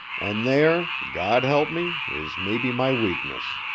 and there, god help me, is maybe my weakness.